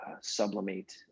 sublimate